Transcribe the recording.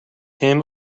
him